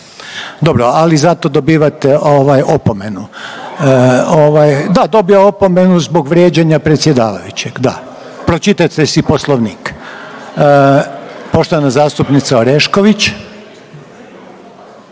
Dobro, ali zato dobivate opomenu. Da, dobio je opomenu zbog vrijeđanja predsjedavajućeg. Da, pročitajte si Poslovnik. Poštovana zastupnica Orešković.